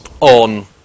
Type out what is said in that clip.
on